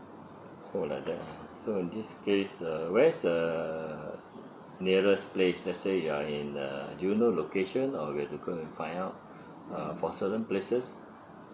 oh like that ah so in this case uh where's the nearest place let's say you're in a do you know location or we have to go and find out uh for certain places